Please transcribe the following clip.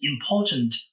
important